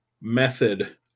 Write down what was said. method